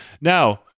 Now